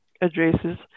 addresses